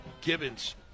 Gibbons